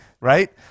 right